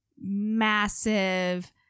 massive